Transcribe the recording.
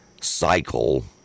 cycle